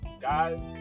guys